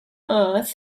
earth